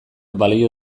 balio